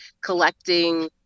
collecting